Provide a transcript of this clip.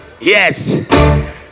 Yes